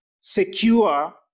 secure